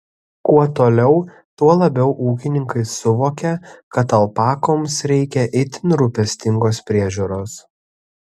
kuo toliau tuo labiau ūkininkai suvokia kad alpakoms reikia itin rūpestingos priežiūros